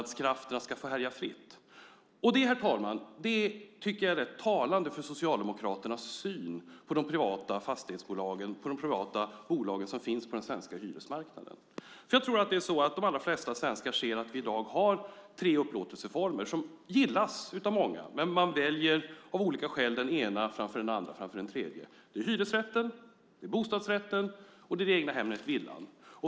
Det, herr talman, tycker jag är ganska talande för Socialdemokraternas syn på de privata fastighetsbolag som finns på den svenska hyresmarknaden. Jag tror att de allra flesta svenskar ser att vi i dag har tre upplåtelseformer som gillas av många, men man väljer av olika skäl den ena framför den andra och framför den tredje. De tre formerna är hyresrätten, bostadsrätten och egnahemmet, villan.